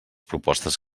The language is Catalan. propostes